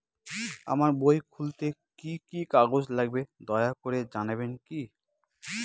আমার বই খুলতে কি কি কাগজ লাগবে দয়া করে জানাবেন কি?